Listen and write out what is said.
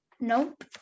Nope